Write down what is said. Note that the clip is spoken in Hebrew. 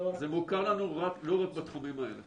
זה מוכר לנו לא רק בתחומים האלה.